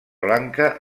blanca